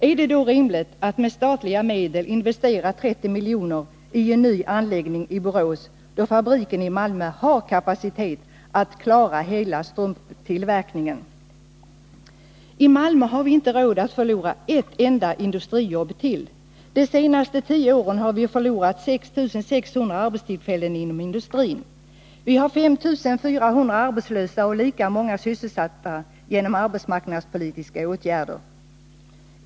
Är det rimligt att med hjälp av statliga medel investera 30 milj.kr. i en ny anläggning i Borås, då fabriken i Malmö har en kapacitet att klara hela strumptillverkningen? I Malmö har vi inte råd att förlora ett enda industrijobb till. De senaste tio åren har vi förlorat 6 600 arbetstillfällen inom industrin. Vi har 5 400 arbetslösa och lika många sysselsatta genom arbetsmarknadspolitiska åtgärder.